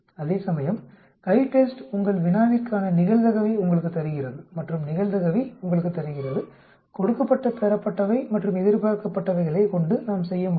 அதேசமயம் CHI TEST உங்கள் வினாவிற்கான நிகழ்தகவை உங்களுக்குத் தருகிறது மற்றும் நிகழ்தகவை உங்களுக்குத் தருகிறது கொடுக்கப்பட்ட பெறப்பட்டவை மற்றும் எதிர்பார்க்கப்பட்டவைகளைக் கொண்டு நாம் செய்ய முடியும்